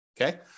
okay